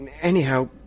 Anyhow